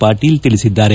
ಪಾಟೀಲ್ ತಿಳಿಸಿದ್ದಾರೆ